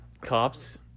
cops